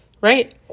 Right